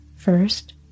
First